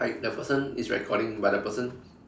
like the person is recording but the person